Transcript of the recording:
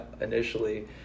initially